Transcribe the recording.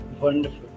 Wonderful